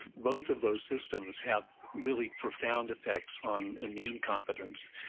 both of those systems have really profound effects on immune competence,